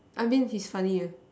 I mean he's funny yeah